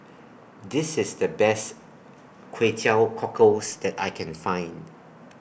This IS The Best Kway Teow Cockles that I Can Find